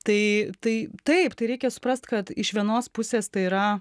tai tai taip tai reikia suprast kad iš vienos pusės tai yra